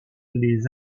les